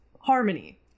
harmony